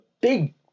big